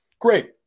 Great